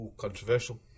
controversial